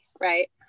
Right